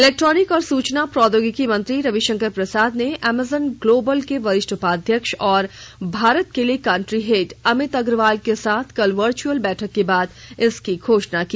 electronic और सूचना प्रौद्योगिकी मंत्री रविशंकर प्रसाद ने अमेजन ग्लोबल के वरिष्ठ उपाध्यक्ष और भारत के लिए कन्ट्री हेड अमित अग्रवाल के साथ कल वर्चुअल बैठक के बाद इसकी घोषणा की